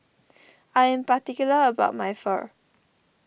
I am particular about my Pho